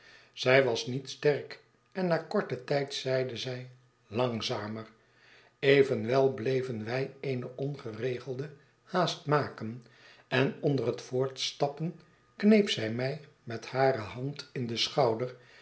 zij was niet sterk en na korten tijd zeide zij langzamer i evenwel bleven wij eene ongeregelde haast maken en onder het voortstappen kneep zij mij met hare hand in den schouder